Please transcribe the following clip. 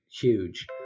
huge